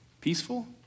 Peaceful